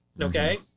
Okay